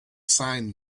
sign